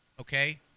okay